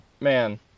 man